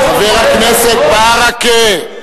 חבר הכנסת ברכה.